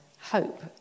hope